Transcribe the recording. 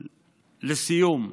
לסיום,